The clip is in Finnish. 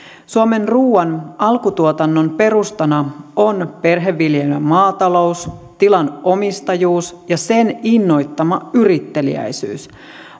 suomen ruuan alkutuotannon perustana on perheviljelmämaatalous tilan omistajuus ja sen innoittama yritteliäisyys